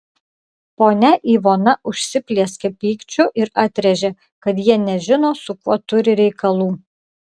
ponia ivona užsiplieskė pykčiu ir atrėžė kad jie nežino su kuo turi reikalų